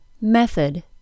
Method